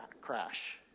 crash